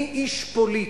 אני איש פוליטי,